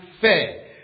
fair